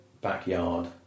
Backyard